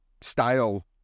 style